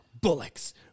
Bullocks